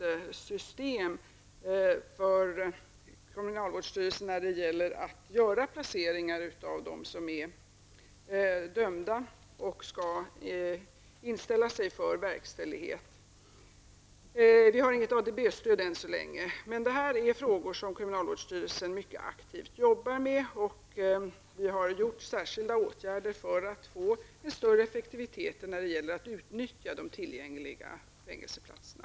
Dessutom är kriminalvårdsstyrelsens system för placeringar av dem som är dömda och skall inställa sig för verkställighet föråldrat. Vi har än så länge inget ADB-stöd. Detta är emellertid frågor som kriminalvårdsstyrelsen mycket aktivt arbetar med, och vi har vidtagit särskilda åtgärder för att få till stånd en större effektivitet när det gäller att utnyttja de tillgängliga fängelseplatserna.